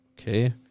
okay